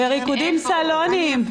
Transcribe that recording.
בריקודים סלוניים.